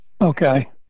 Okay